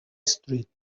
street